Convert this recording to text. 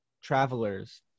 travelers